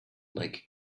like